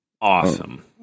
Awesome